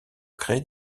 créer